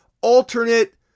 alternate